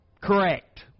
correct